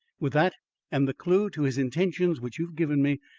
with that and the clew to his intentions, which you have given me,